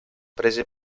prese